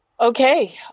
Okay